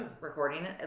recording